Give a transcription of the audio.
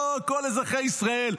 לא, כל אזרחי ישראל.